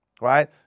right